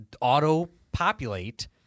auto-populate